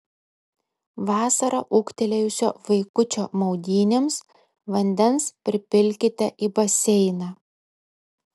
vasarą ūgtelėjusio vaikučio maudynėms vandens pripilkite į baseiną